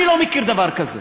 אני לא מכיר דבר כזה.